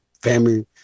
family